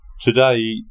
Today